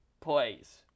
plays